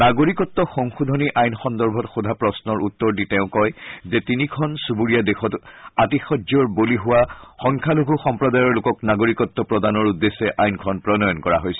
নাগৰিকত সংশোধনী আইন সন্দৰ্ভত সোধা প্ৰশ্নৰ উত্তৰ দি তেওঁ কয় যে তিনিখন চুবুৰীয়া দেশত আতিশায্যৰ বলি হোৱা সংখ্যালঘু সম্প্ৰদায়ৰ লোকক নাগৰিকত্ প্ৰদানৰ উদ্দেশ্যে আইনখন প্ৰণয়ন কৰা হৈছে